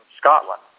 Scotland